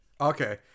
Okay